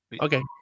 Okay